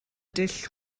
dull